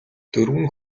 дөрвөн